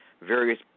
various